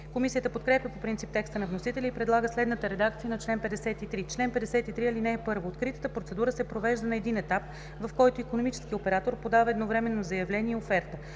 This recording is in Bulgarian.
Комисията подкрепя по принцип текста на вносителя и предлага следната редакция на чл. 53: „Чл. 53. (1) Откритата процедура се провежда на един етап, в който икономическият оператор подава едновременно заявление и оферта.